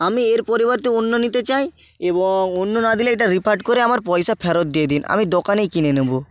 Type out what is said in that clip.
আমি এর পরিবর্তে অন্য নিতে চাই এবং অন্য না দিলে এটা রিফান্ড করে আমার পয়সা ফেরত দিয়ে দিন আমি দোকানেই কিনে নেব